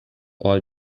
all